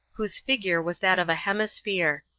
whose figure was that of a hemisphere.